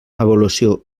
avaluació